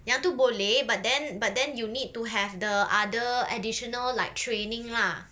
yang tu boleh but then but then you need to have the other additional like training lah